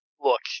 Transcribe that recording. Look